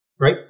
right